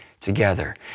together